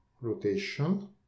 rotation